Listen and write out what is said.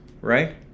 right